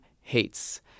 hates